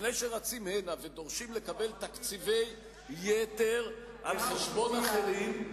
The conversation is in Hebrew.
לפני שרצים הנה ודורשים לקבל תקציבי יתר על חשבון אחרים,